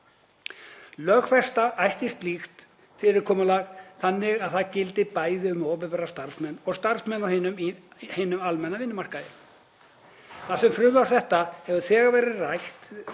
Lögfesta ætti slíkt fyrirkomulag þannig að það gilti bæði um opinbera starfsmenn og starfsmenn á hinum almenna vinnumarkaði. Þar sem frumvarp þetta hefur þegar verið rætt